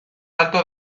alto